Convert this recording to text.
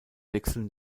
wechseln